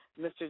Mr